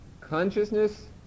Consciousness